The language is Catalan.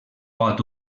pot